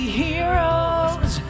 heroes